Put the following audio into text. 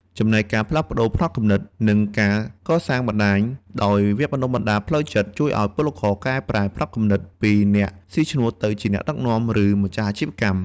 ចំណែកការផ្លាស់ប្តូរផ្នត់គំនិត និងការកសាងបណ្តាញ ដោយវគ្គបណ្តុះបណ្តាលផ្លូវចិត្ត ជួយឲ្យពលករកែប្រែផ្នត់គំនិតពីអ្នកស៊ីឈ្នួលទៅជាអ្នកដឹកនាំ ឬម្ចាស់អាជីវកម្ម។